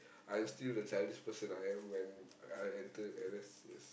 I'll still the childish person I am when I enter N_S yes